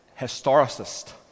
historicist